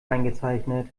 eingezeichnet